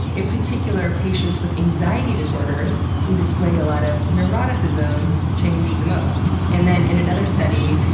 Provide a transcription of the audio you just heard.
in particular, patients with anxiety disorders who displayed a lot of neuroticism changed the most. and then in another study,